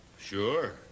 Sure